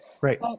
Right